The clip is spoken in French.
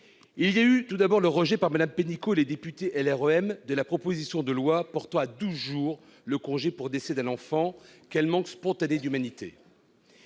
Il y a tout d'abord eu le rejet par Mme Pénicaud et les députés LREM de la proposition de loi portant à douze jours le congé pour décès d'un enfant. Quel manque spontané d'humanité